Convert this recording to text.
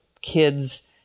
kids